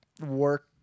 work